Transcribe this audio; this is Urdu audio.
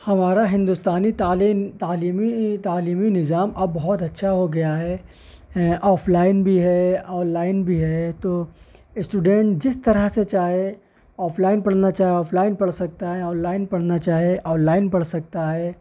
ہمارا ہندوستانی تعلیم تعلیمی تعلیمی نظام اب بہت اچھا ہو گیا ہے آف لائن بھی ہے آن لائن بھی ہے تو اسٹوڈینٹ جس طرح سے چاہے آف لائن پڑھنا چاہے آف لائن پڑھ سکتا ہے آن لائن پڑھنا چاہے آن لائن پڑھ سکتا ہے